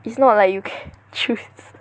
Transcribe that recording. it's not like you can choose